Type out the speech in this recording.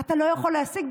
אתה לא יכול להשיג?